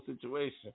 situation